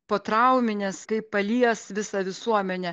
potrauminės kaip palies visą visuomenę